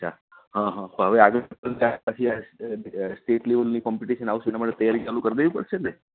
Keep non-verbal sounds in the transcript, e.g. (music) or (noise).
હા હા પણ હવે આગળ (unintelligible) પછી સ્ટેટ લેવલની કોમ્પિટીસન આવશે એના માટે તૈયારી ચાલુ કરી દેવી પડશેને